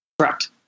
Correct